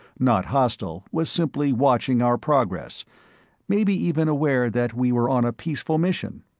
not hostile, was simply watching our progress maybe even aware that we were on a peaceful mission.